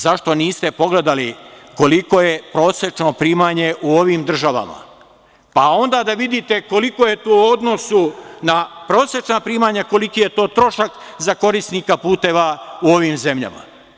Zašto niste pogledali koliko je prosečno primanje u ovim državama, pa onda da vidite koliko je to u odnosu, na prosečna primanja, koliki je to trošak za korisnika puteva u ovim zemljama.